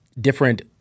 Different